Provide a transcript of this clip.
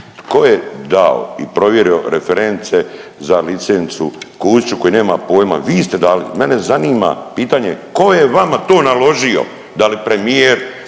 Tko je dao i provjerio reference za licencu Husiću koji nema poima, vi ste dali. Mene zanima pitanje tko je vama to naložio? Da li premijer,